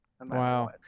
Wow